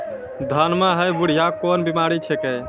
धान म है बुढ़िया कोन बिमारी छेकै?